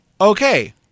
Okay